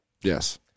Yes